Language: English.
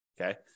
Okay